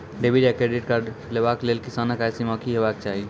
Debit या credit card लेवाक लेल किसानक आय सीमा की हेवाक चाही?